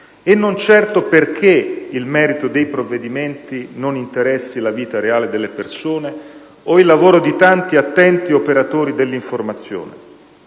e non certo perché il merito dei provvedimenti non interessi la vita reale delle persone o il lavoro di tanti attenti operatori dell'informazione,